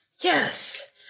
Yes